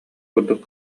курдук